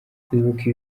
kwibuka